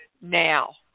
now